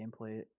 gameplay